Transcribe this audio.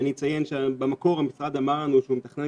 אציין שבמקור המשרד אמר: אני אפילו מתכנן